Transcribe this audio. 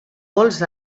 molts